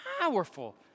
powerful